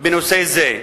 בנושא זה.